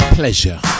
pleasure